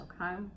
okay